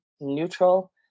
neutral